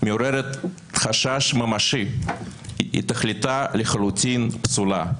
מעוררת חשש ממשי כי תכליתה לחלוטין פסולה,